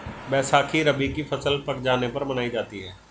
बैसाखी रबी की फ़सल पक जाने पर मनायी जाती है